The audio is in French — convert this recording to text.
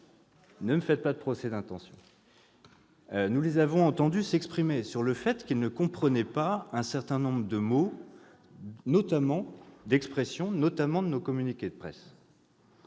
Ne me faites pas de procès d'intention ! Pas à moi ! Nous les avons entendus s'exprimer sur le fait qu'ils ne comprenaient pas un certain nombre de mots, d'expressions employés notamment dans nos communiqués de presse.